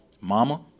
Mama